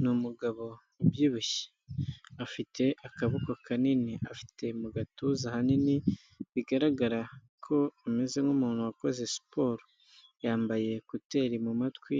Ni umugabo ubyibushye. Afite akaboko kanini. Afite mu gatuza hanini, bigaragara ko ameze nk'umuntu wakoze siporo. Yambaye kuteri mu matwi,